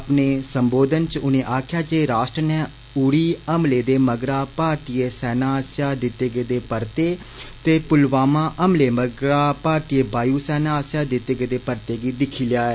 अपने सम्बोधन च उनें आक्खेआ जे राश्ट्र ने उरी हमले दे मगरा भारतीय सेना आस्सेआ दिते गेदे परते ते पुलवामा हमले मगरा भारतीय वायु सेना आस्सेआ दिते गदे परते गी दिक्खी लेआ ऐ